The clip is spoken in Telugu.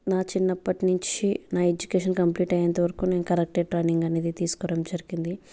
నా చిన్నప్పటినుంచి నా ఎడ్యుకేషన్ కంప్లీట్ అయ్యేంతవరకు నేను కరాటే ట్రైనింగ్ అనేది తీసుకోవడం జరిగింది